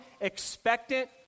expectant